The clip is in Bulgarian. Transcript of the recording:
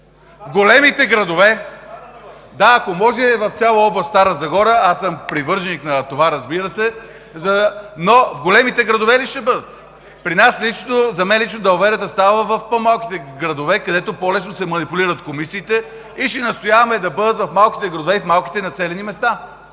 В големите градове – да, ако може в цяла област Стара Загора. Аз съм привърженик на това. В големите градове ли ще бъдат?! За мен лично далаверата става в по-малките градове, където по-лесно се манипулират комисиите и ще настояваме да бъдат в малките градове и малките населени места.